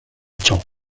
ciò